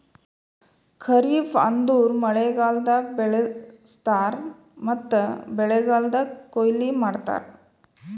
ಖರಿಫ್ ಅಂದುರ್ ಮಳೆಗಾಲ್ದಾಗ್ ಬೆಳುಸ್ತಾರ್ ಮತ್ತ ಮಳೆಗಾಲ್ದಾಗ್ ಕೊಯ್ಲಿ ಮಾಡ್ತಾರ್